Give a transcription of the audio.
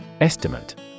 Estimate